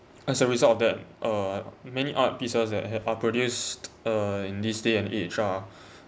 as a result of that uh many art pieces that ha~ are produced uh in this day and age are